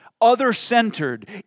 other-centered